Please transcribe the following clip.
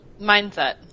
Mindset